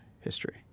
history